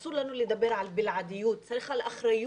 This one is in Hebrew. אסור לנו לדבר על בלעדיות אלא לדבר על אחריות,